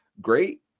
great